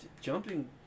jumping